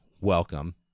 welcome